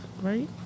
right